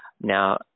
now